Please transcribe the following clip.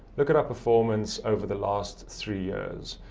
look at our performance over the last three years.